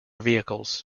vehicles